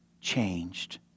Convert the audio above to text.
changed